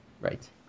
Right